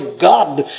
God